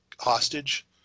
hostage